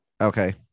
Okay